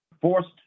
forced